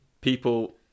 people